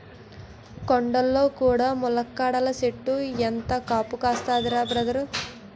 కొండల్లో కూడా ములక్కాడల సెట్టు ఎంత కాపు కాస్తందిరా బదరూ